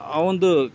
ಆ ಒಂದು